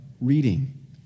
reading